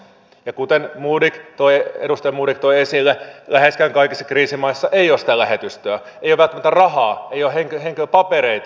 ja kuten edustaja modig toi esille läheskään kaikissa kriisimaissa ei ole sitä lähetystöä ei ole välttämättä rahaa ei ole henkilöpapereita